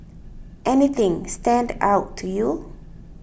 anything stand out to you